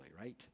right